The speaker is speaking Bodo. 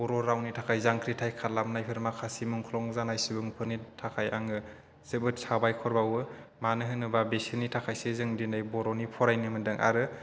बर' रावनि थाखाय जांख्रिथाय खालामनायफोर माखासे मुंख्लं जानाय सुबुंफोरनि थाखाय आङो जोबोद साबायखर बाउवो मानो होनोबा बिसोरनि थाखायसो जों दिनै बर'नि फरायनो मोन्दों आरो